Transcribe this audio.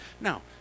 Now